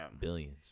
Billions